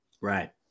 Right